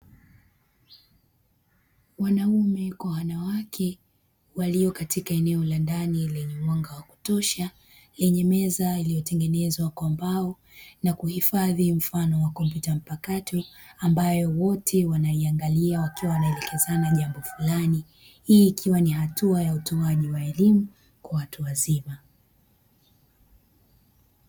Wanaume kwa wanawake walio katika eneo la ndani lenye mwanga wa kutosha, lenye meza iliyotengenezwa kwa mbao na kuhifadhi mfano wa kompyuta mpakato, ambayo wote wanaiangalia wakiwa wanaelekezana jambo fulani. Hii ikiwa ni hatua ya utoaji wa elimu kwa watu wazima.